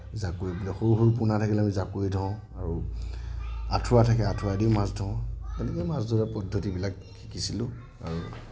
জাকৈ সৰু সৰু পোনা থাকিলে আমি জাকৈ ধৰোঁ আৰু আঠুৱা থাকে আঠুৱা দি মাছ ধৰোঁ তেনেকৈয়ে মাছ ধৰা পদ্ধতিবিলাক শিকিছিলোঁ আৰু